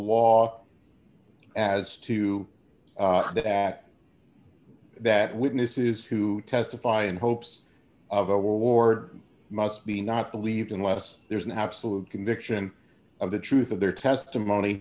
law as to that at that witnesses who testify in hopes of award must be not believed unless there's an absolute conviction of the truth of their testimony